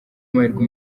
amahirwe